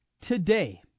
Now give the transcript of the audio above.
Today